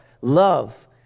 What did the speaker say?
Love